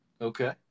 Okay